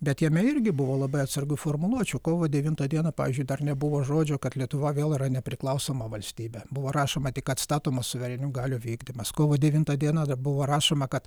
bet jame irgi buvo labai atsargų formuluočių kovo devintą dieną pavyzdžiui dar nebuvo žodžio kad lietuva vėl yra nepriklausoma valstybė buvo rašoma tik atstatomas suverenių galių vykdymas kovo devintą dieną buvo rašoma kad